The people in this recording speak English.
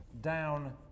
down